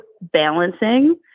balancing